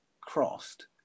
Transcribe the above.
crossed